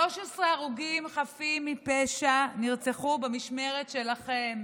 13 הרוגים חפים מפשע נרצחו במשמרת שלכם,